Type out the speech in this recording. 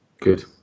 Good